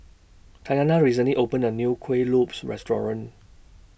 Tatyanna recently opened A New Kueh Lopes Restaurant